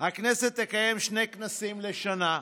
"הכנסת תקיים שני כנסים לשנה,